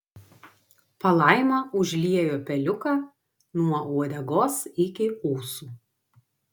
palaima užliejo peliuką nuo uodegos iki ūsų